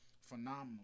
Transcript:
phenomenal